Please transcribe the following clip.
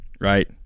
right